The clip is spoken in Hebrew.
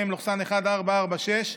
מ/1446,